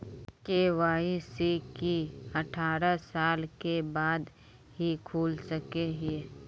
KYC की अठारह साल के बाद ही खोल सके हिये?